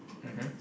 mmhmm